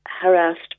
harassed